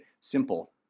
Simple